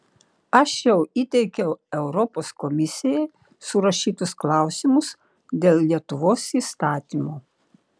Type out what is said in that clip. aš jau įteikiau europos komisijai surašytus klausimus dėl lietuvos įstatymo